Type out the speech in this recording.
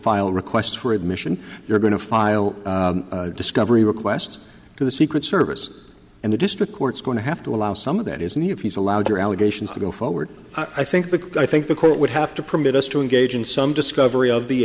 refile requests for admission you're going to file discovery request to the secret service and the district court's going to have to allow some of that is and if he's allowed your allegations to go forward i think the i think the court would have to permit us to engage in some discovery of the